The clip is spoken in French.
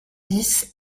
dix